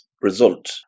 result